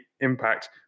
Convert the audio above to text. impact